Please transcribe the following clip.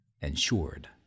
ensured